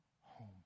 home